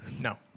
No